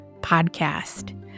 podcast